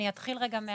רגע.